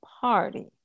party